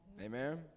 amen